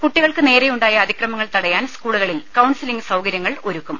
കുട്ടികൾക്കു നേരെയുണ്ടാകുന്ന അതിക്രമങ്ങൾ തടയാൻ സ്കൂളുകളിൽ കൌൺസിലിംഗ് സൌകര്യങ്ങൾ ഒരുക്കും